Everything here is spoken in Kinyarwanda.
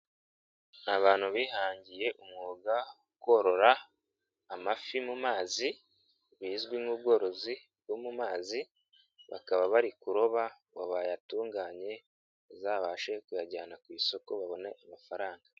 Abantu bihangiye umwuga korora amafi mu mazi bizwi nk'ubworozi bo mu mazi, bakaba bari kuroba ngo bayatunganye bazabashe kuyajyana ku isoko babona amafaranga.